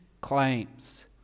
claims